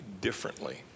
differently